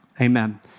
Amen